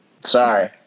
Sorry